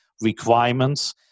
requirements